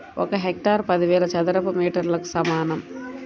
ఒక హెక్టారు పదివేల చదరపు మీటర్లకు సమానం